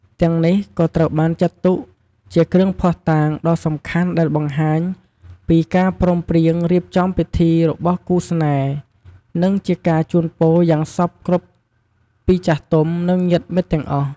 ទាំងនេះក៏ត្រូវបានចាត់ទុកជា គ្រឿងភ័ស្តុតាង ដ៏សំខាន់ដែលបង្ហាញពីការព្រមព្រៀងរៀបចំពិធីរបស់គូស្នេហ៍ និងជាការជូនពរយ៉ាងសព្វគ្រប់ពីចាស់ទុំ និងញាតិមិត្តទាំងអស់។